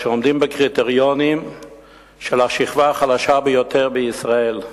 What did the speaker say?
עומדים בקריטריונים של השכבה החלשה ביותר בישראל.